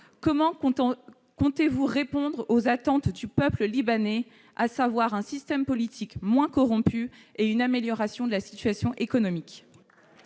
Comment comptez-vous répondre aux attentes du peuple libanais, qui aspire à un système politique moins corrompu et à une amélioration de la situation économique ?